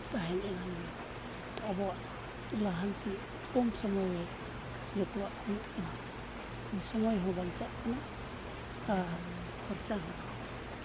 ᱛᱟᱦᱮᱱ ᱮᱱᱟᱝ ᱜᱮ ᱟᱵᱚᱣᱟᱜ ᱞᱟᱦᱟᱱᱛᱤ ᱠᱚᱢ ᱥᱚᱢᱚᱭ ᱨᱮ ᱡᱚᱛᱚᱣᱟᱜ ᱦᱩᱭᱩᱜ ᱠᱟᱱᱟ ᱥᱚᱢᱚᱭ ᱦᱚᱸ ᱵᱟᱧᱪᱟᱜ ᱠᱟᱱᱟ ᱟᱨ ᱠᱷᱚᱨᱪᱟ ᱦᱚᱸ ᱵᱟᱧᱪᱟᱜ ᱠᱟᱱᱟ